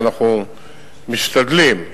שאנחנו משתדלים,